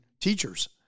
teachers